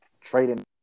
trading